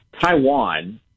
Taiwan